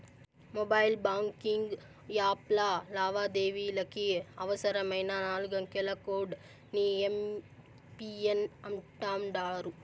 mobile banking యాప్ల లావాదేవీలకి అవసరమైన నాలుగంకెల కోడ్ ని ఎమ్.పిన్ అంటాండారు